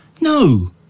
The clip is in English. no